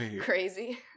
crazy